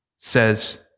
says